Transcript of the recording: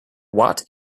watt